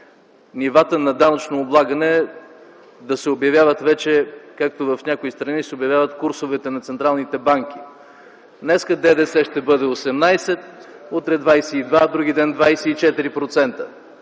нивата на данъчно облагане да се обявяват вече както в някои страни се обявяват курсовете на централните банки – днес ДДС ще бъде 18%, утре 22%, а други ден 24%